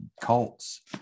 cults